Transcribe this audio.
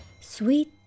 sweet